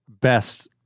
Best